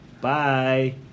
Bye